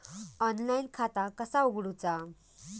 Online खाता कसा उगडूचा?